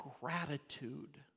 gratitude